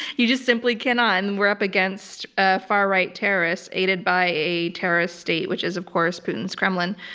you just simply cannot, and we're up against ah far-right terrorists aided by a terrorist state, which is of course putin's kremlin.